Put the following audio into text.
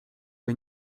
czy